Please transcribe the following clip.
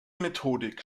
methodik